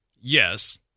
yes